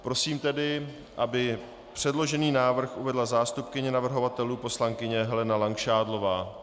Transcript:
Prosím tedy, aby předložený návrh uvedla zástupkyně navrhovatelů poslankyně Helena Langšádlová.